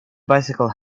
bicycle